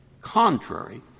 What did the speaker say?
contrary